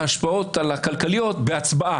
61 יוכלו לפגוע בכל זכות לפי ההצעה שאתה הנחת על השולחן.